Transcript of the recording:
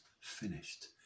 finished